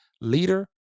leader